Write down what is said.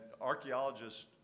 archaeologists